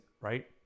right